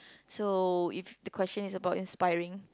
so if the question is about inspiring